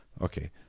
Okay